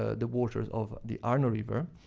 ah the waters of the arno river,